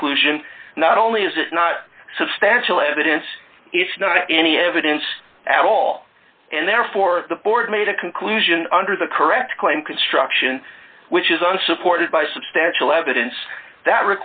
conclusion not only is it not substantial evidence it's not any evidence at all and therefore the board made a conclusion under the correct claim construction which is unsupported by substantial evidence that